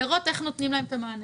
לראות איך נותנים להם את המענה.